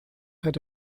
had